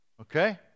okay